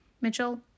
Mitchell